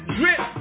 drip